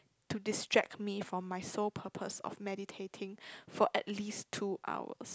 to distract me from my sole purpose of meditating for at least two hours